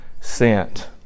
sent